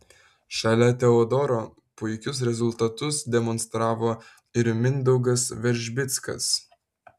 šalia teodoro puikius rezultatus demonstravo ir mindaugas veržbickas